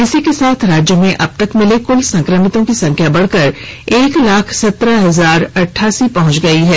इसी के साथ राज्य में अबतक मिले कुल संक्रमितों की संख्या बढ़कर एक लाख संत्रह हजार अटठासी पहुंच गई है